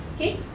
okay